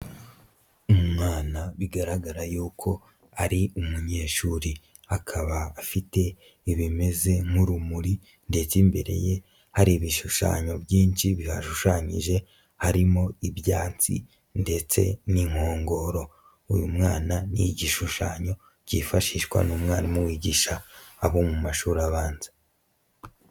Umwana bigaragara yuko ari umunyeshuri akaba afite ibimeze nk'urumuri ndetse imbere ye hari ibishushanyo byinshi bihashushanyije harimo ibyansi ndetse n'inkongoro, uyu mwana ni igishushanyo kifashishwa n'umwarimu wigisha abo mu mashuri abanza.